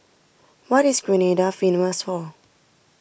what is Grenada famous for